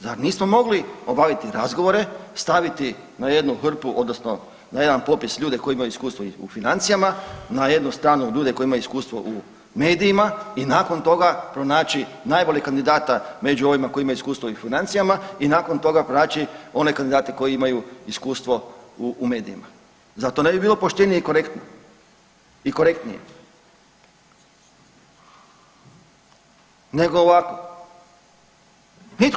Zar nismo mogli obaviti razgovore, staviti na jednu hrpu odnosno na jedan popis ljude koji imaju iskustva u financijama, na jednu stranu ljude koji imaju iskustvo u medijima i nakon toga pronaći najboljeg kandidata među ovima koji imaju iskustva u financijama i nakon toga pronaći one kandidate koji imaju iskustvo u medijima, zar to ne bi bilo poštenije i korektnije nego ovako.